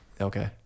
Okay